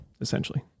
Essentially